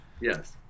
yes